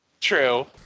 True